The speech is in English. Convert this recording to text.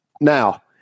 Now